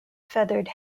feathered